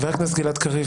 חבר הכנסת גלעד קריב,